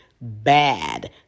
bad